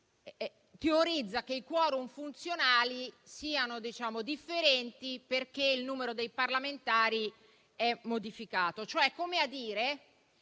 - secondo cui i *quorum* funzionali sono differenti perché il numero dei parlamentari è modificato,